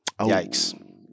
Yikes